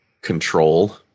control